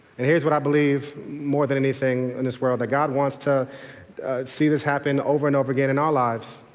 and here's what i believe more than anything in this world. that god wants to see this happening over and over again in our lives.